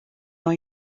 ont